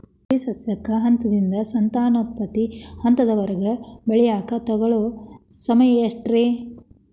ತೊಗರಿ ಸಸ್ಯಕ ಹಂತದಿಂದ, ಸಂತಾನೋತ್ಪತ್ತಿ ಹಂತದವರೆಗ ಬೆಳೆಯಾಕ ತಗೊಳ್ಳೋ ಸಮಯ ಎಷ್ಟರೇ?